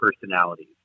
personalities